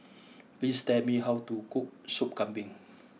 please tell me how to cook Sup Kambing